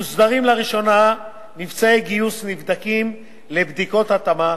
מוסדרים לראשונה מבצעי גיוס נבדקים לבדיקות התאמה.